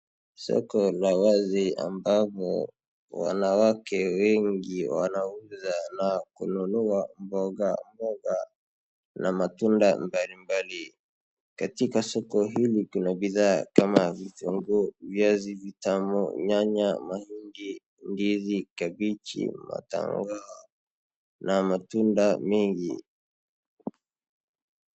Soko la wazi ambapo wanawake wengi wanauza na kununua mboga mboga na matunda mbalimbali. Katika soko hii kuna bidhaa kama vitunguu, viazi vitamu, nyanya, mahindi, ndizi, kabeji, matango na matunda mengi.